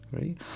right